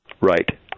Right